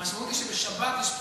המשמעות היא שבשבת יש פציעות,